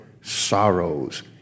sorrows